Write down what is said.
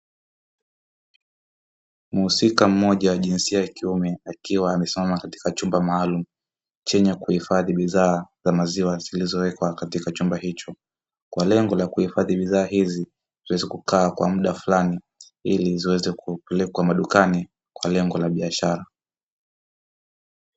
Muhusika mmoja wa jinsia ya kiume akiwa amesimama katika chumba maalumu chenye kuhifadhi bidhaa za maziwa zilizowekwa katika chumba hicho, kwa lengo la kuhifadhi bidhaa hizi ziweze kukaa kwa muda flani hili ziweze kupelekwa dukani kwa lengo la biashara.